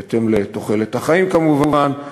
בהתאם לתוחלת החיים כמובן,